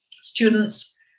students